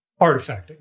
artifacting